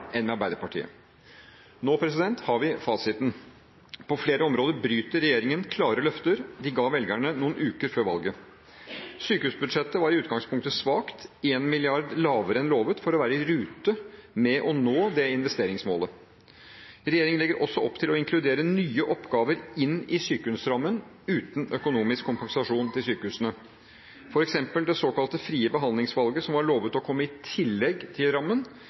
enn med Arbeiderpartiet. Nå har vi fasiten. På flere områder bryter regjeringen klare løfter de ga velgerne noen uker før valget. Sykehusbudsjettet var i utgangspunktet svakt, 1 mrd. kr lavere enn lovet, for å være i rute med å nå dette investeringsmålet. Regjeringen legger også opp til å inkludere nye oppgaver i sykehusrammen, uten økonomisk kompensasjon til sykehusene. Det såkalte frie behandlingsvalget, f.eks., som var lovet å komme i tillegg til rammen,